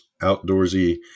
outdoorsy